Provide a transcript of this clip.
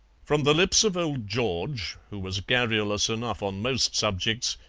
from the lips of old george, who was garrulous enough on most subjects,